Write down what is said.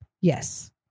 Yes